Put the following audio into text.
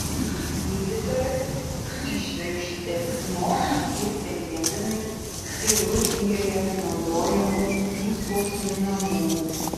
gydytojas įšvirkštė simonai ir benjaminui chirurgijoje naudojamų nuskausminamųjų